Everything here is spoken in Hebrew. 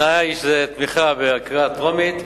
התנאי הוא לתמיכה בקריאה הטרומית.